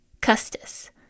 custis